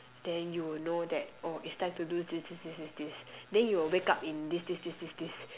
then you would know that oh it's time to do this this this this this then you will wake up in this this this this this